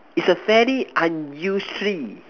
it's a fairly unusually